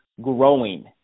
growing